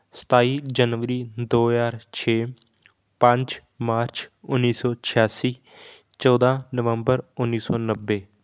ਸਤਾਈ ਜਨਵਰੀ ਦੋ ਹਜ਼ਾਰ ਛੇ ਪੰਜ ਮਾਰਚ ਉੱਨੀ ਸੌ ਛਿਆਸੀ ਚੌਦ੍ਹਾਂ ਨਵੰਬਰ ਉੱਨੀ ਸੌ ਨੱਬੇ